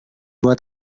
dua